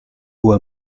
were